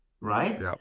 right